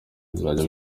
bizajya